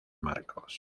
marcos